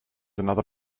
another